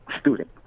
Student